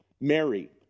Mary